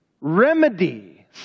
remedy